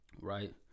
right